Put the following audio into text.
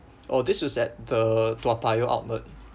oh this was at the toa payoh outlet